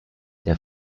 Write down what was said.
der